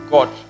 God